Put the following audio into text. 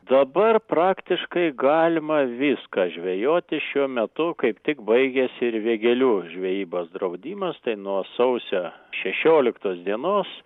dabar praktiškai galima viską žvejoti šiuo metu kaip tik baigiasi ir vėgėlių žvejybos draudimas tai nuo sausio šešioliktos dienos